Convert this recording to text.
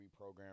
reprogram